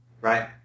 right